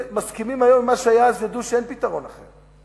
מסכימים היום עם מה שהיה אז, שאין פתרון אחר.